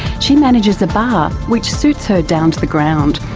she manages a bar, which suits her down to the ground,